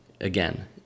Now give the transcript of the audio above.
again